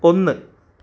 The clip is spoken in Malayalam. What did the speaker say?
ഒന്ന്